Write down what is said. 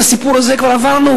את הסיפור הזה כבר עברנו,